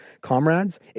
comrades